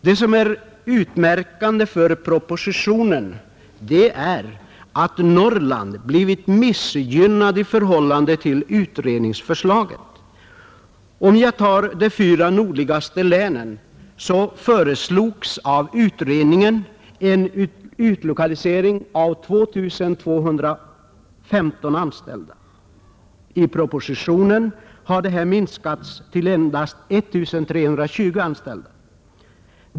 Det utmärkande för propositionen är att Norrland har blivit missgynnat i förhållande till utredningens förslag. För de fyra nordligaste länen föreslog nämligen utredningen en utlokalisering av 2 215 anställda, men i propositionen har antalet minskats till I 320.